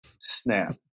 snap